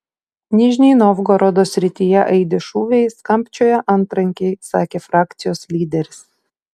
nižnij novgorodo srityje aidi šūviai skambčioja antrankiai sakė frakcijos lyderis